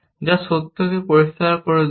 যা সত্যকে পরিষ্কার করে দেবে